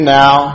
now